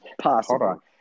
possible